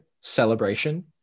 celebration